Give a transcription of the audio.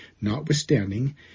notwithstanding